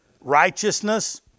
righteousness